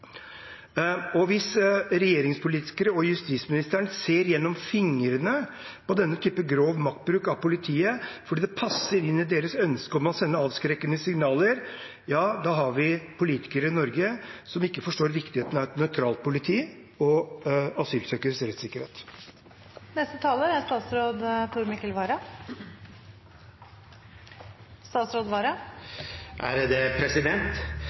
Og hvis regjeringspolitikere og justisministeren ser gjennom fingrene med denne typen grov maktbruk i politiet fordi den passer inn i deres ønske om å sende avskrekkende signaler, da har vi politikere i Norge som ikke forstår viktigheten av et nøytralt politi og asylsøkeres